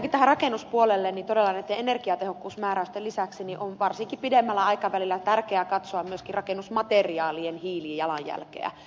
ensinnäkin rakennuspuolella todella näiden energiatehokkuusmääräysten lisäksi on varsinkin pidemmällä aikavälillä tärkeää katsoa myöskin rakennusmateriaalien hiilijalanjälkeä